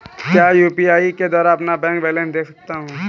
क्या मैं यू.पी.आई के द्वारा अपना बैंक बैलेंस देख सकता हूँ?